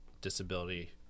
disability